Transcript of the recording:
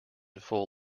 full